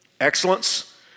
Excellence